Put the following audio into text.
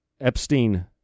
Epstein